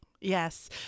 Yes